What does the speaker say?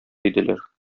иделәр